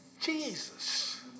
Jesus